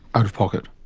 out of pocket?